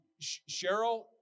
Cheryl